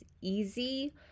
easy